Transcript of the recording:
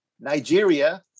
Nigeria